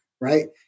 right